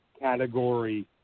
category